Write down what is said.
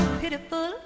pitiful